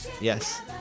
Yes